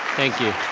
thank you.